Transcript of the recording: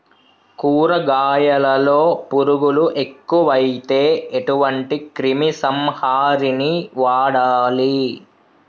కూరగాయలలో పురుగులు ఎక్కువైతే ఎటువంటి క్రిమి సంహారిణి వాడాలి?